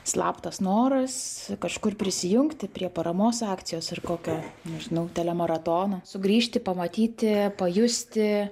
slaptas noras kažkur prisijungti prie paramos akcijos ar kokio nežinau telemaratono sugrįžti pamatyti pajusti